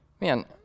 man